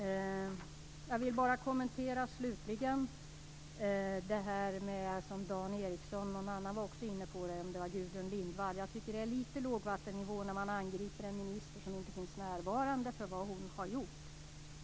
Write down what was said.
Jag vill slutligen bara kommentera det som Dan Ericsson och - tror jag - även Gudrun Lindvall var inne på. Jag tycker att det är något av lågvattennivå när man angriper en inte närvarande minister för något som hon har gjort.